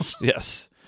Yes